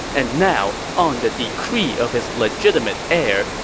and now, on the decree of his legitimate heir,